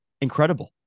incredible